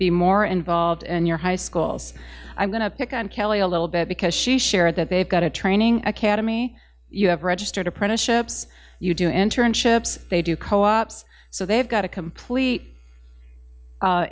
be more involved in your high schools i'm going to pick on kelly a little bit because she shared that they've got a training academy you have registered apprenticeships you do enter in ships they do co ops so they've got a complete